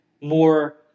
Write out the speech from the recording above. more –